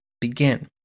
begin